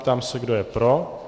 Ptám se, kdo je pro.